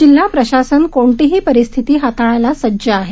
जिल्हा प्रशासन कोणतीही परीस्थिती हाताळायला सज्ज आहे